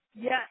yes